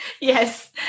yes